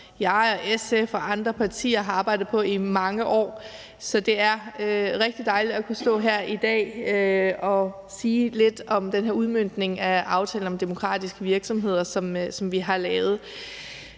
jeg og SF og andre partier har arbejdet på i mange år. Så det er rigtig dejligt at kunne stå her i dag og sige lidt om den her udmøntning af aftale om demokratiske virksomheder, som vi har lavet.